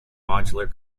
modular